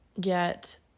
get